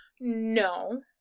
No